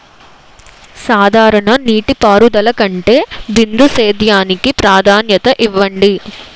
సాధారణ నీటిపారుదల కంటే బిందు సేద్యానికి ప్రాధాన్యత ఇవ్వండి